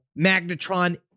Magnetron